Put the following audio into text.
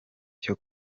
cyo